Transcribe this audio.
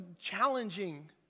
challenging